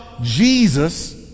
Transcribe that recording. Jesus